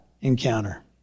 encounter